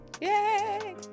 yay